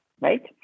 right